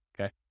Okay